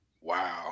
Wow